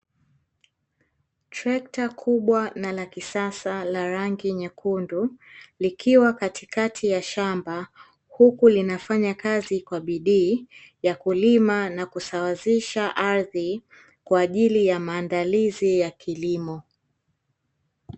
Trekta kubwa na la kisasa la rangi nyekundu, likiwa katikati ya shamba huku linafanya kazi kwa bidii ya kulima na kusawazisha ardhi kwa ajili ya maandalizi ya kilimo.